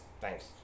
Thanks